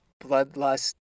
bloodlust